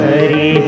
Hari